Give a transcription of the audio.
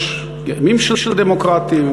יש ימים של דמוקרטיה,